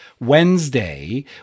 Wednesday